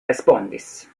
respondis